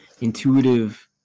intuitive